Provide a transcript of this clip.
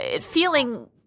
feeling